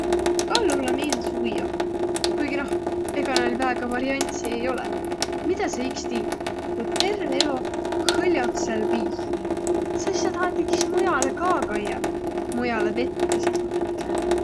Kallulõ miildüs ujjoq. Kuigi noh, egaq näil väega variantsi ei olõq. Midä sa iks tiit, ku terve elo hõl'ot sääl viih? Sis sa tahat iks muialõ ka kaiaq. Muialõ vette sis ma mõtlõ.